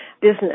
business